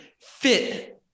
fit